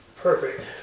perfect